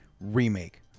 remake